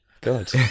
God